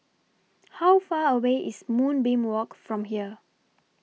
How Far away IS Moonbeam Walk from here